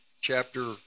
chapter